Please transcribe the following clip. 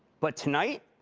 but tonight,